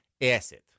acid